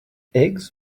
eggs